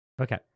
Okay